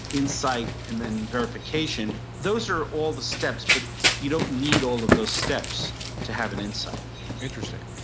insight, and then verification. those are all the steps, but you don't need all of those steps to have an insight interesting.